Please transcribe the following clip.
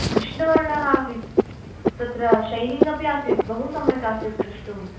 कृष्णवर्णः आसीत् तत्र शैनिङ्ग् अपि आसीत् बहु सम्यक् आसीत् दृष्टुम्